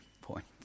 point